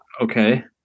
Okay